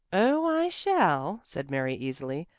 oh, i shall, said mary easily.